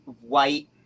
white